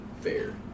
fair